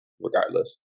regardless